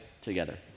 together